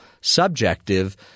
subjective